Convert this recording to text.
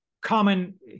common